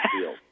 field